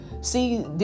see